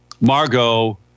Margot